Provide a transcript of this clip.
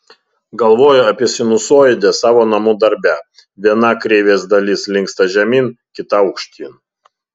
galvojo apie sinusoidę savo namų darbe viena kreivės dalis linksta žemyn kita aukštyn